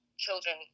children